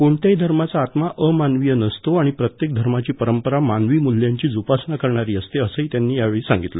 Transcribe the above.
कोणत्याही धर्माचा आत्मा अमानवीय नसतो आणि प्रत्येक धर्माची पंरपरा मानवी मूल्यांची जोपासना करणारी असते असंही त्यांनी यावेळी सांगितलं